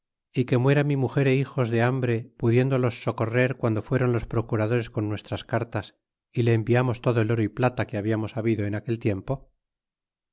y que muera mi muger é hijos de hambre pudiéndolos socorrer guando fuéron los procuradores con nuestras cartas y le enviamos todo el oro y plata que hablamos habido en aquel tiempo